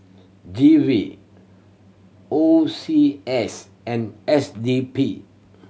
G V O C S and S D P